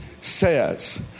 says